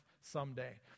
someday